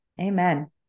Amen